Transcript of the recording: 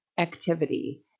Activity